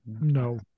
no